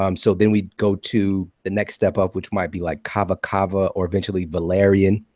um so then we'd go to the next step up which might be like kava-kava or eventually valerian,